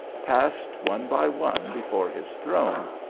passed one by one before his throne,